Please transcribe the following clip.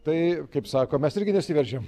tai kaip sako mes irgi nesiveržėm